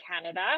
Canada